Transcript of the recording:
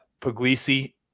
Puglisi